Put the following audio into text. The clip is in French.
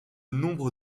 nombre